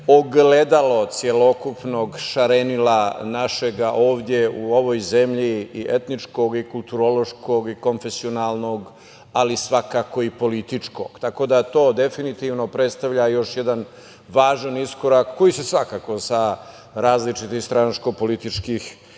ogledalo celokupnog šarenila našeg ovde u ovoj zemlji, i etničkog i kulturološkog i konfesionalnog, ali svakako i političkog. Tako da, to definitivno predstavlja još jedan važan iskorak koji se svakako sa različitih stranačko-političkih